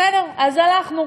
בסדר, אז הלכנו.